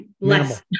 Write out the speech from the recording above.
less